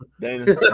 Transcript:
Dana